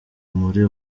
muri